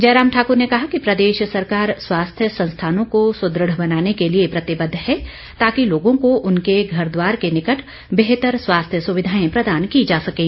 जयराम ठाक्र ने कहा कि प्रदेश सरकार स्वास्थ्य संस्थानों को सुदृढ़ बनाने के लिए प्रतिबद्ध है ताकि लोगों को उनके घर द्वार के निकट बेहतर स्वास्थ्य सुविधाएं प्रदान की जा सकें